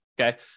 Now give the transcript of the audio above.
okay